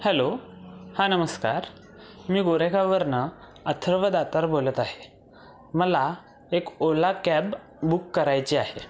hello हां नमस्कार मी गोरेगाववरून अथर्व दातार बोलत आहे मला एक ओला कॅब बुक करायची आहे